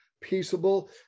peaceable